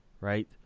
Right